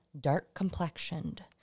dark-complexioned